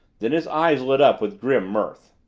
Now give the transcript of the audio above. then his eyes lit up with grim mirth.